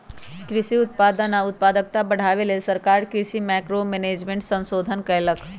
कृषि उत्पादन आ उत्पादकता बढ़ाबे लेल सरकार कृषि मैंक्रो मैनेजमेंट संशोधन कएलक